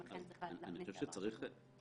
אם אכן צריך להכניס את ההבהרה הזו.